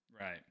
Right